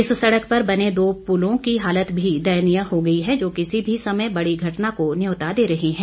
इस सड़क पर बने दो पुलों की हालत भी दयनीय हो गई है जो किसी भी समय बड़ी घटना को न्यौता दे रही है